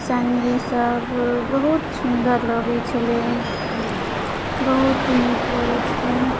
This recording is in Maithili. संगे सब बहुत सुन्दर लगै छलै बहुत नीक लगै छलै